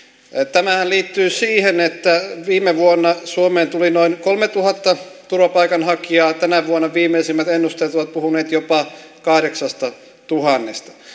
tämähän liittyy siihen että viime vuonna suomeen tuli noin kolmetuhatta turvapaikanhakijaa tänä vuonna viimeisimmät ennusteet ovat puhuneet jopa kahdeksastatuhannesta